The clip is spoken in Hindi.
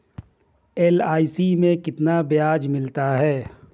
एल.आई.सी में कितना ब्याज मिलता है?